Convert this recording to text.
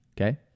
Okay